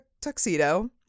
tuxedo